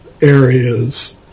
areas